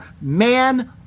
man